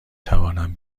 توانم